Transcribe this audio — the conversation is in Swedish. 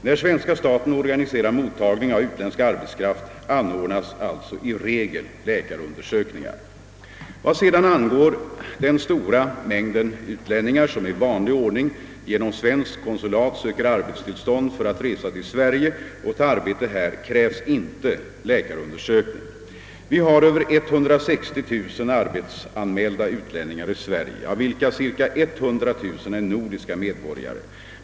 När svenska staten organiserar mottagning av utländsk arbetskraft, anordnas alltså i regel läkarundersökning. Vad sedan angår den stora mängden utlänningar, som i vanlig ordning genom svenskt konsulat söker arbetstillstånd för att resa till Sverige och ta arbete här, krävs inte läkarundersökning. Vi har över 160 000 arbetsanmälda utlänningar i Sverige, av vilka ca 100 000 är nordiska medborgare.